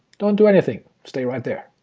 don't do anything, stay right there.